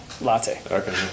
latte